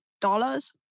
dollars